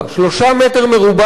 3 מ"ר לשוהה.